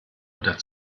oder